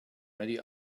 many